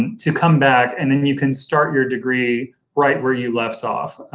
to come back and then you can start your degree right where you left off.